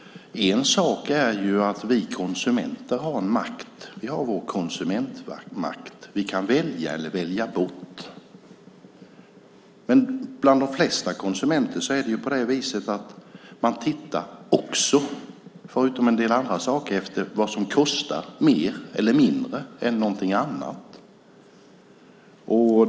En sak är att vi konsumenter har en makt. Vi har vår konsumentmakt. Vi kan välja eller välja bort. Men de flesta konsumenter tittar också - förutom på en del andra saker - på vad som kostar mer eller mindre än något annat.